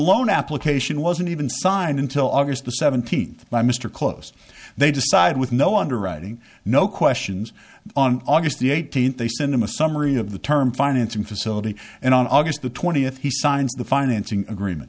loan application wasn't even signed until august the seventeenth by mr close they decided with no underwriting no questions on august the eighteenth they sent him a summary of the term financing facility and on august the twentieth he signs the financing agreement